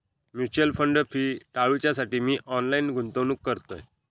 mutual fund fee टाळूच्यासाठी मी online गुंतवणूक करतय